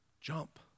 Jump